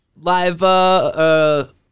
live